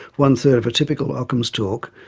one third of a typical ockham's talk,